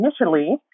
initially